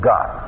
God